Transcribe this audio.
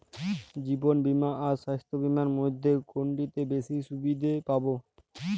জীবন বীমা আর স্বাস্থ্য বীমার মধ্যে কোনটিতে বেশী সুবিধে পাব?